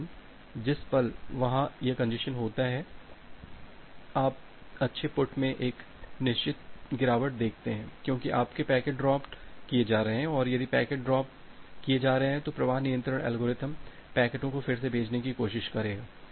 लेकिन जिस पल वहां यह कंजेस्शन होती है आप अच्छे पुट में एक निश्चित गिरावट देखते हैं क्योंकि आपके पैकेट ड्रॉप्ड किये जा रहे हैं और यदि पैकेट पैकेट ड्रॉप्ड किये जा रहे हैं तो प्रवाह नियंत्रण एल्गोरिदम पैकेटों को फिर से भेजने की कोशिश करेगा